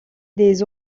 des